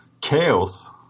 chaos